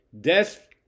death